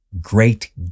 great